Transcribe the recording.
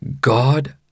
God